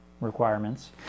requirements